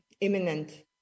imminent